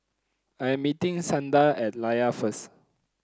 I'm meeting Santa at Layar first